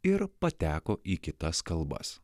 ir pateko į kitas kalbas